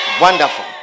Wonderful